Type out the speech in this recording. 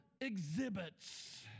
exhibits